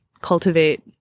cultivate